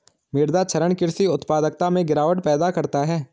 मृदा क्षरण कृषि उत्पादकता में गिरावट पैदा करता है